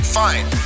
fine